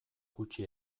gutxi